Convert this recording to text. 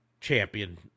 champion